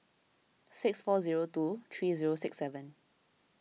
six four zero two three zero six seven